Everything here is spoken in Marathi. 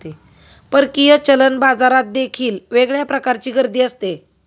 परकीय चलन बाजारात देखील वेगळ्या प्रकारची गर्दी असते